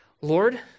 Lord